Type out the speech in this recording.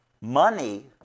money